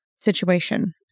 situation